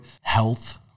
health